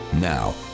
now